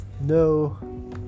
no